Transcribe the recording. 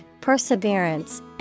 perseverance